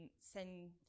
send